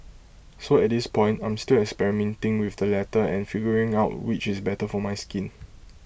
so at this point I'm still experimenting with the latter and figuring out which is better for my skin